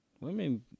women